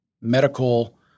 medical